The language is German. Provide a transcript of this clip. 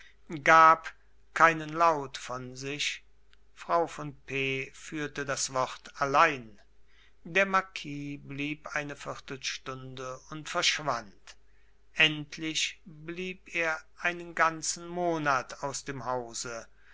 gab keinen laut von sich frau von p führte das wort allein der marquis blieb eine viertelstunde und verschwand endlich blieb er einen ganzen monat aus dem hause